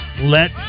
let